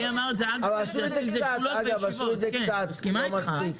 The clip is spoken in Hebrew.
אגב, עשו את זה קצת, לא מספיק.